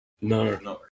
no